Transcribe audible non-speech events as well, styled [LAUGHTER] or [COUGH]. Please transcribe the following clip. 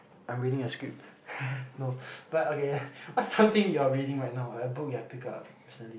I'm reading a script [LAUGHS] no [NOISE] but okay what's something you are reading right now a book you've picked up recently